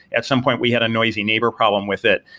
at some point we had a noisy neighbor problem with it.